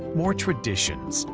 more traditions,